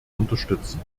unterstützen